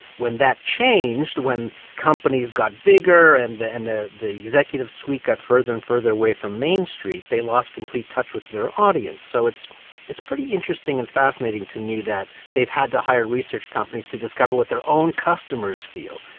when that changed, when companies got bigger and the and the executive suite got further and further away from main street, they lost complete touch with their audience. so it's it's pretty interesting and fascinating to me that they've had to hire research companies to discover what their own customers feel.